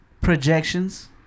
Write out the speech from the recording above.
projections